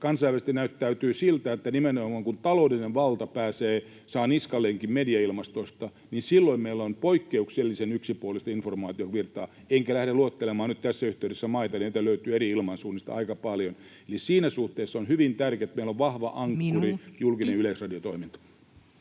kansainvälisesti näyttäytyy niin, että nimenomaan, kun taloudellinen valta saa niskalenkin mediailmastosta, silloin meillä on poikkeuksellisen yksipuolista informaatiovirtaa, enkä lähde luettelemaan nyt tässä yhteydessä maita — niitä löytyy eri ilmansuunnista aika paljon. Eli siinä suhteessa on hyvin tärkeätä, että meillä on vahva ankkuri, [Puhemies: Minuutti!] julkinen yleisradiotoiminta.